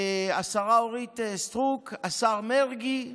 השרה אורית סטרוק, השר מרגי.